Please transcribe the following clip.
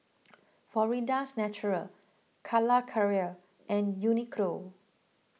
Florida's Natural Calacara and Uniqlo